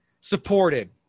Supported